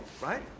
right